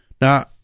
Now